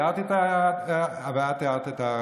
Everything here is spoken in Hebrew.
הערתי את ההערה ואת הערת את הערתך.